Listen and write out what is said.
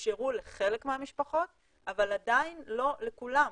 שאפשרו לחלק מהמשפחות אבל עדין לא לכולן.